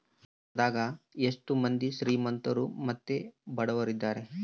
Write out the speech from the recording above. ಭಾರತದಗ ಎಷ್ಟ ಮಂದಿ ಶ್ರೀಮಂತ್ರು ಮತ್ತೆ ಬಡವರಿದ್ದಾರೆ?